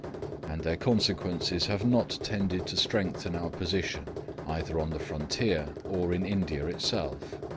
and their consequences have not tended to strengthen our position either on the frontier or in india itself.